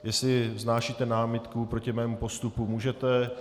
Jestli vznášíte námitku proti mému postupu, můžete.